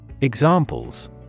Examples